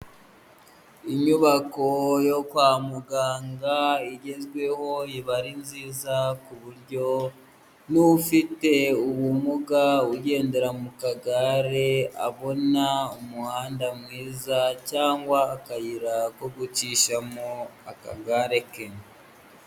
Inyubako yo kwamuganga igezweho, iba ari nziza ku buryo n'ufite ubumuga ugendera mu kagare abona umuhanda mwiza cyangwa akayira ko gucishamo akagare ke.